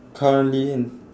currently in